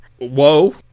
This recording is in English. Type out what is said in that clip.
Whoa